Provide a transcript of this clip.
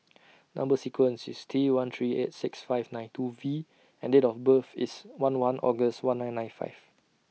Number sequence IS T one three eight six five nine two V and Date of birth IS one one August one nine nine five